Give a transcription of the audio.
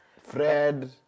Fred